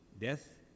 Death